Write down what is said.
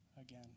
again